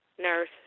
nurse